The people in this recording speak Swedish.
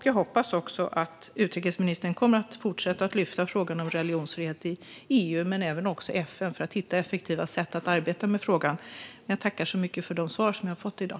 Jag hoppas också att utrikesministern kommer att fortsätta att lyfta upp frågan om religionsfrihet i EU och även FN för att man ska hitta effektiva sätt att arbeta med detta. Jag tackar för de svar jag har fått i dag.